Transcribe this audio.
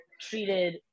treated